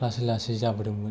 लासै लासै जाबोदोंमोन